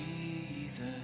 Jesus